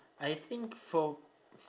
I think for